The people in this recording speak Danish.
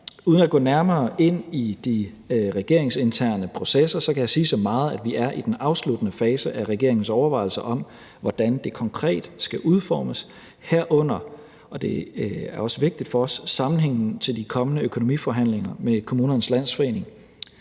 Uden at gå nærmere ind i de regeringsinterne processer kan jeg sige så meget, at vi er i den afsluttende fase af regeringens overvejelser om, hvordan det konkret skal udformes, herunder – og det er også vigtigt for os – sammenhængen til de kommende økonomiforhandlinger med Kommunernes Landsforening.